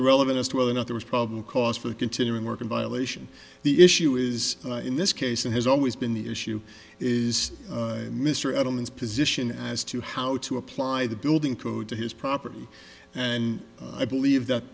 irrelevant as to whether or not there was probable cause for continuing work in violation the issue is in this case and has always been the issue is mr adams position as to how to apply the building code to his property and i believe that